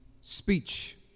speech